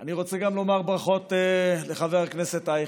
אני רוצה גם לומר ברכות לחבר הכנסת אייכלר.